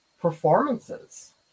performances